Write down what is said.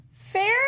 fair